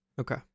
Okay